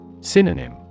Synonym